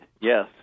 yes